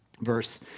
Verse